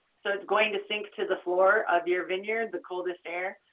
so it's going to sink to the floor of your vineyard the coldest air,